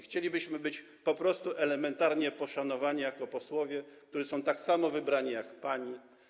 Chcielibyśmy być po prostu elementarnie poszanowani jako posłowie, którzy są tak samo wybrani jak pani.